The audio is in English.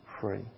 free